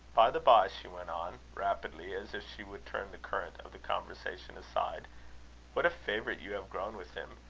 the bye, she went on rapidly, as if she would turn the current of the conversation aside what a favourite you have grown with him!